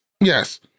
yes